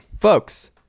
folks